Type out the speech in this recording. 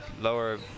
lower